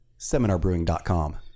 seminarbrewing.com